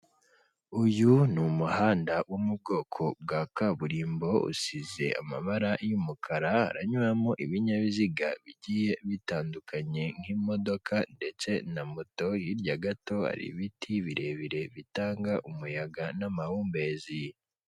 Uyu ni umuhanda wo mu bwoko bwa kaburimbo usize amabara y'umukara haranyuramo ibinyabiziga bigiye bitandukanye nk'imodoka ndetse na moto hirya gato hari ibiti birebire bitanga umuyaga n'amahumbezi.